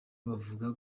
bavuga